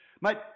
mate